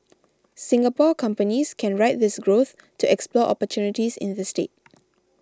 Singapore companies can ride this growth to explore opportunities in the state